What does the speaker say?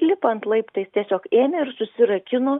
lipant laiptais tiesiog ėmė ir susirakino